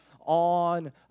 on